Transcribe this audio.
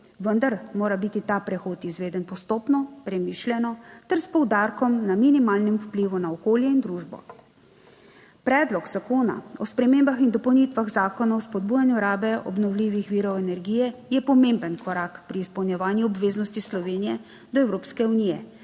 vendar mora biti ta prehod izveden postopno, premišljeno ter s poudarkom na minimalnem vplivu na okolje in družbo. Predlog zakona o spremembah in dopolnitvah Zakona o spodbujanju rabe obnovljivih virov energije je pomemben korak pri izpolnjevanju obveznosti Slovenije do Evropske unije